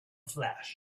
flash